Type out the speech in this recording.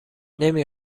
نمی